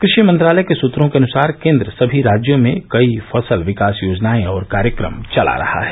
कृषि मंत्रालय के सूत्रों के अनुसार केन्द्र सभी राज्यों में कई फसल विकास योजनाएं और कार्यक्रम चला रहा है